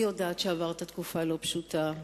אני יודעת שעברת תקופה לא פשוטה,